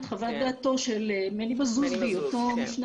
את חוות דעתו של מני מזוז בהיותו משנה